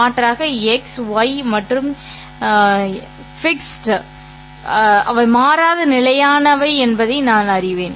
மாற்றாக x̂ ŷ மற்றும் fixed அவை மாறாத நிலையானவை என்பதை நான் அறிவேன்